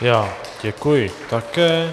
Já děkuji také.